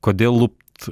kodėl lupt